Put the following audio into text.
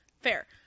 Fair